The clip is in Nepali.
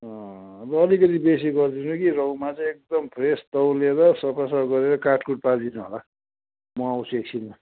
अब अलिकति बेसी गरिदिनु कि रौ माछा एकदम फ्रेस तौलेर सफा सफा गरेर काटकुट् पारिदिनु होला म आउँछु एकछिनमा